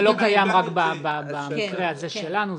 זה לא קיים רק במקרה הזה שלנו,